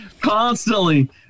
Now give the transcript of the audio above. constantly